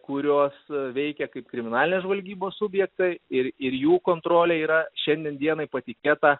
kurios veikia kaip kriminalinės žvalgybos subjektai ir ir jų kontrolė yra šiandien dienai patikėta